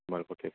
jamal okay sir